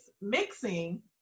mixing